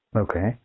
okay